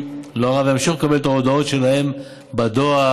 להוראה וימשיכו לקבל את ההודעות שלהם בדואר.